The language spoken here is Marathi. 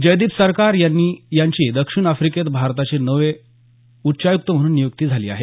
जयदीप सरकार यांची दक्षिण अफ्रिकेत भारताचे नवे उच्चायुक्त म्हणून नियुक्ती झाली आहे